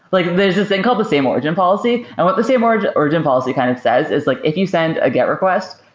like there's this thing called the same origin policy. and what the same origin origin policy kind of says is like if you send a get request,